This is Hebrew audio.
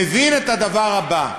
מבין את הדבר הבא: